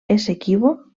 essequibo